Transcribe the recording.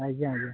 ଆଜ୍ଞା ଆଜ୍ଞା